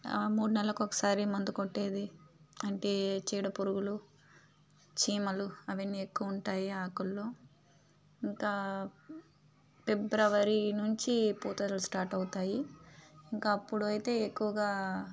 మూడు నెలలకు ఒకసారి మందు కొట్టేది అంటే చీడపురుగులు చీమలు అవన్నీ ఎక్కువుంటాయి ఆకుల్లో ఇంకా ఫిబ్రవరి నుంచి పూతలు స్టార్ట్ అవుతాయి ఇంకా అప్పుడు అయితే ఎక్కువగా